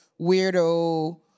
weirdo